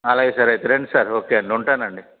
అలాగే సార్ అయితే రండి సార్ ఓకే అండి ఉంటానండి